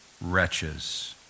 wretches